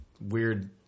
weird